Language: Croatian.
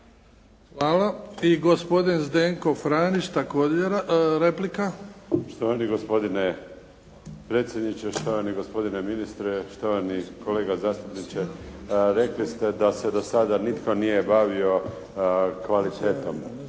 Hvala. I gospodin Zdenko Franić, također replika. **Franić, Zdenko (SDP)** Štovani gospodine predsjedniče, štovani gospodine ministre, štovani kolega zastupniče. Rekli ste da se do sada nitko nije bavio kvalitetom.